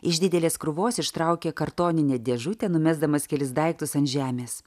iš didelės krūvos ištraukė kartoninę dėžutę numesdamas kelis daiktus ant žemės